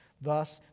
Thus